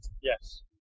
Yes